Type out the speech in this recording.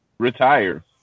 retire